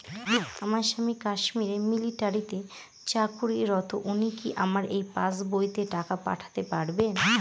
আমার স্বামী কাশ্মীরে মিলিটারিতে চাকুরিরত উনি কি আমার এই পাসবইতে টাকা পাঠাতে পারবেন?